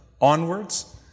onwards